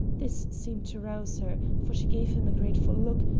this seemed to rouse her, for she gave him a grateful look,